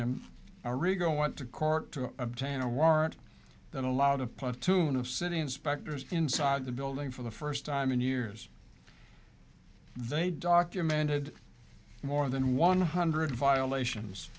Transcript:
him rigaud went to court to obtain a warrant that allowed a platoon of city inspectors inside the building for the first time in years they documented more than one hundred violations